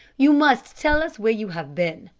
you must tell us where you have been.